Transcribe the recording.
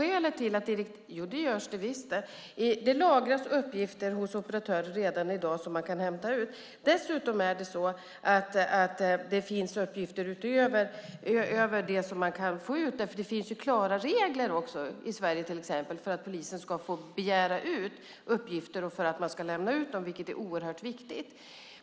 Det lagras uppgifter hos operatörer redan i dag som man kan hämta ut, och det finns uppgifter utöver dessa. Det finns klara regler i Sverige för att polisen ska få begära ut uppgifter och för att man ska lämna ut dem, vilket är oerhört viktigt.